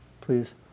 please